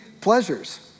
pleasures